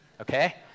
okay